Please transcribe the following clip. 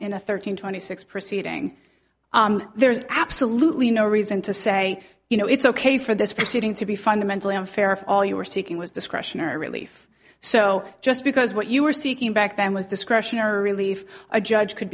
in a thirteen twenty six proceeding there's absolutely no reason to say you know it's ok for this proceeding to be fundamentally unfair if all you were seeking was discretionary relief so just because what you were seeking back then was discretionary relief a judge could